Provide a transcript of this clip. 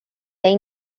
they